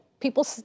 people